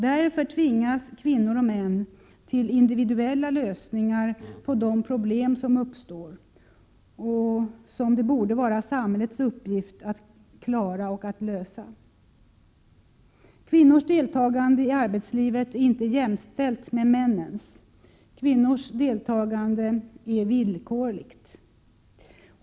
Därför tvingas kvinnor och män till individuella lösningar på de problem som uppstår och som det borde vara samhällets uppgift att lösa. Kvinnors deltagande i arbetslivet är inte jämställt med mäns — kvinnors deltagande är villkorligt.